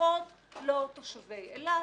לפחות לא תושבי אילת.